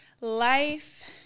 Life